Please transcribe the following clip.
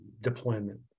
deployment